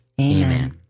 Amen